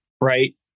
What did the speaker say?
right